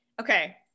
Okay